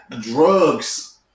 Drugs